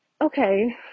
Okay